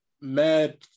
mad